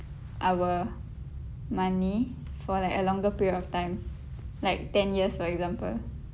our money for like a longer period of time like ten years for example